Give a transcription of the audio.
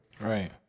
right